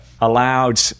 allowed